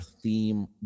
theme